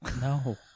no